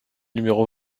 numéro